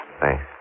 Thanks